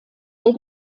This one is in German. der